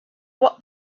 what